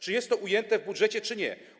Czy jest to ujęte w budżecie, czy nie?